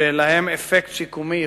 שיש להם אפקט שיקומי ייחודי.